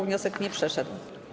Wniosek nie przeszedł.